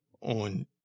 on